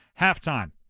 halftime